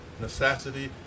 necessity